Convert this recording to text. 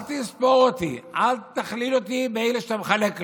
אל תספור אותי, אל תכליל אותי באלה שאתה מחלק להם.